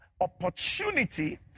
opportunity